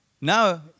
Now